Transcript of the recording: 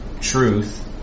truth